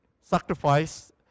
sacrifice